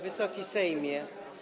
Wysoki Sejmie!